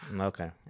Okay